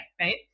right